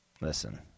Listen